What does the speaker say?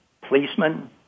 policemen